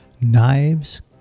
knives